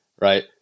right